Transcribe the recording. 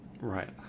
right